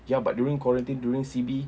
ya but during quarantine during C_B